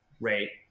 rate